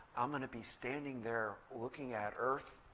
i'm going to be standing there, looking at earth'?